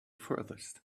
furthest